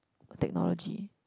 or technology